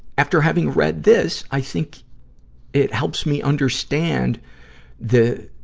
after having read this, i think it helps me understand the,